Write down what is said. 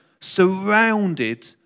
surrounded